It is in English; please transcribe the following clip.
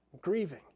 grieving